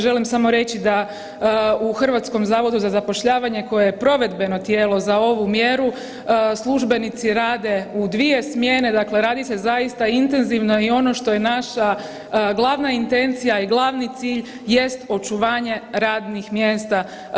Želim samo reći da u HZZ-u koje je provedbeno tijelo za ovu mjeru službenici rade u dvije smjene, dakle radi se zaista intenzivno i ono što je naša glavna intencija i glavni cilj jest očuvanje radnih mjesta.